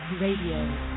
Radio